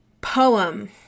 poem